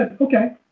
Okay